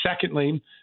Secondly